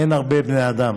אין הרבה בני אדם.